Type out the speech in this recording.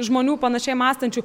žmonių panašiai mąstančių